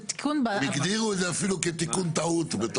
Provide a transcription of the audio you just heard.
הם הגדירו את זה אפילו כתיקון טעות.